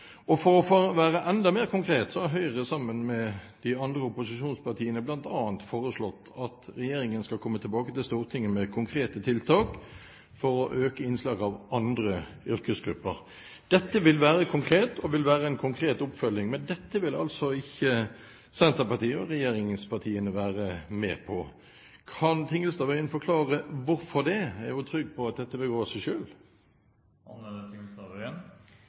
For å være enda mer konkret har Høyre sammen med de andre opposisjonspartiene bl.a. foreslått at regjeringen skal komme tilbake til Stortinget med konkrete tiltak for å øke innslaget av andre yrkesgrupper. Dette vil være konkret og vil være en konkret oppfølging. Men dette vil altså ikke Senterpartiet og regjeringspartiene være med på. Kan Tingelstad Wøien forklare hvorfor det? Er hun trygg på at dette vil gå av seg